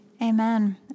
Amen